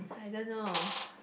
I don't know